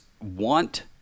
want